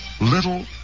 Little